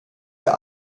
der